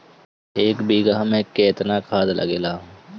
एक बिगहा में केतना खाद लागेला?